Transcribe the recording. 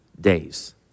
days